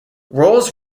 rolls